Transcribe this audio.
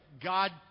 God